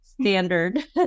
standard